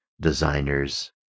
designers